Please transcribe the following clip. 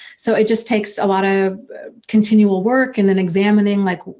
so it just takes a lot of continual work and then examining like